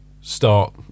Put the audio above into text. start